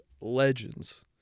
legends